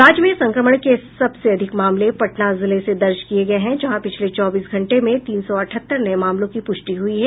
राज्य में संक्रमण के सबसे अधिक मामले पटना जिले से दर्ज किये गये हैं जहां पिछले चौबीस घंटों में तीन सौ अठहत्तर नये मामलों की पुष्टि हुई है